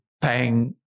paying